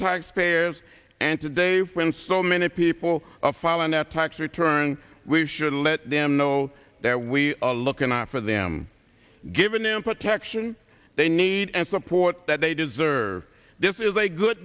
taxpayers and today when so many people fall on that tax return we should let them know there we are looking out for them given him protection they need and support that they deserve this is a good